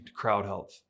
CrowdHealth